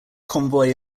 convoy